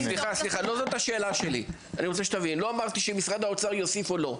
לא אמרתי אם משרד האומר יוסיף או לא.